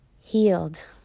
healed